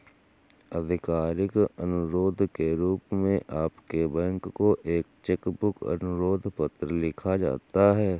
आधिकारिक अनुरोध के रूप में आपके बैंक को एक चेक बुक अनुरोध पत्र लिखा जाता है